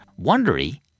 Wondery